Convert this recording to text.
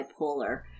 bipolar